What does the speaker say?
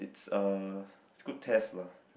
it's a it's good test lah